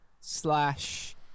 slash